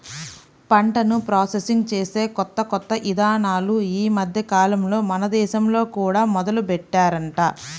పంటను ప్రాసెసింగ్ చేసే కొత్త కొత్త ఇదానాలు ఈ మద్దెకాలంలో మన దేశంలో కూడా మొదలుబెట్టారంట